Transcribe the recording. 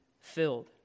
filled